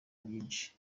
byinshi